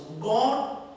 God